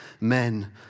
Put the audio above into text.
men